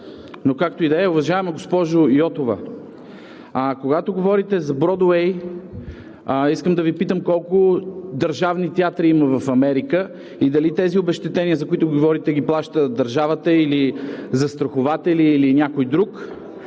но, както и да е. Уважаема госпожо Йотова, когато говорите за „Бродуей“, искам да Ви питам колко държавни театри има в Америка и дали тези обезщетения, за които говорите, ги плаща държавата или застрахователите, или някой друг?